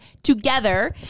Together